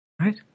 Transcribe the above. right